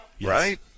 Right